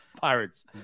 Pirates